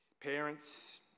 Parents